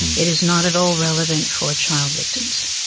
it is not at all relevant for child victims.